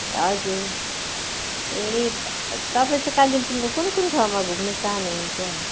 हजुर ए तपाईँ चाहिँ कालेम्पोङको कुन कुन ठाउँमा घुम्नु चाहनु हुन्छ